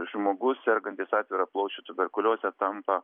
žmogus sergantis atvira plaučių tuberkulioze tampa